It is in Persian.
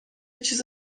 چیز